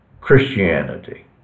Christianity